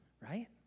right